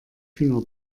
finger